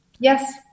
Yes